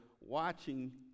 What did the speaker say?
watching